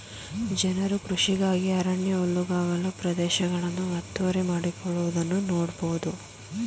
ಜನರು ಕೃಷಿಗಾಗಿ ಅರಣ್ಯ ಹುಲ್ಲುಗಾವಲು ಪ್ರದೇಶಗಳನ್ನು ಒತ್ತುವರಿ ಮಾಡಿಕೊಳ್ಳುವುದನ್ನು ನೋಡ್ಬೋದು